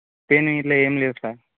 pain ఇట్ల ఏం లేవు సార్